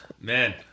man